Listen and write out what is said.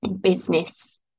business